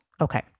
Okay